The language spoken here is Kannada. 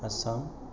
ಅಸ್ಸಾಮ್